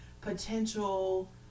potential